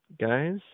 guys